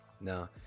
no